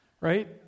right